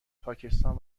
پاکستان